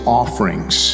offerings